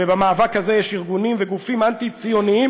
ובמאבק הזה יש ארגונים וגופים אנטי-ציוניים